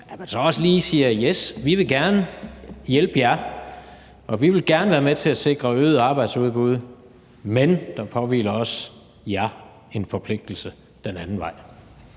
så også lige siger: Yes, vi vil gerne hjælpe jer, og vi vil gerne være med til at sikre øget arbejdsudbud, men der påhviler også jer en forpligtelse den anden vej.